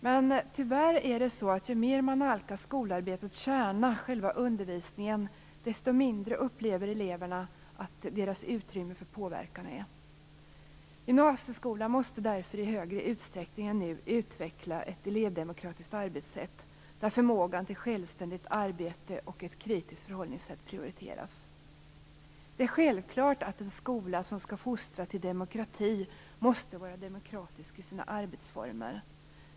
Men tyvärr är det så att ju mer man nalkas skolarbetets kärna, själva undervisningen, desto mindre upplever eleverna att deras utrymme för påverkan är. Gymnasieskolan måste därför i större utsträckning än nu utveckla ett elevdemokratiskt arbetssätt, där förmågan till självständigt arbete och ett kritiskt förhållningssätt prioriteras. Det är självklart att en skola som skall fostra till demokrati måste vara demokratisk i sina arbetsformer.